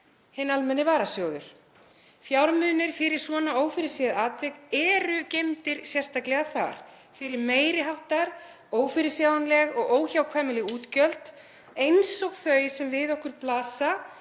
hinn almenni varasjóður. Fjármunir fyrir svona ófyrirséð atvik eru geymdir sérstaklega þar, fyrir meiri háttar, ófyrirsjáanleg og óhjákvæmileg útgjöld eins og þau sem við okkur blasa